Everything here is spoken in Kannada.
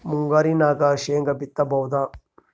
ಮುಂಗಾರಿನಾಗ ಶೇಂಗಾ ಬಿತ್ತಬಹುದಾ?